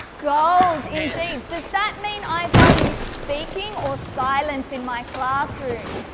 gold, indeed. does that mean i value speaking or silence in my classroom?